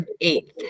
eighth